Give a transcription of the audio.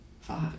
Five